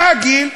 מה הגיל?